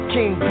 King